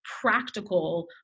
practical